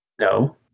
No